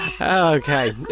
Okay